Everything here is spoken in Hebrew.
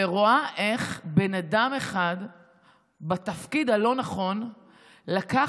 ורואה איך בן אדם אחד בתפקיד הלא-נכון לקח